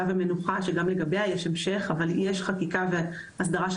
ומנוחה - שגם לגביה יש המשך אבל יש חקיקה והסדרה של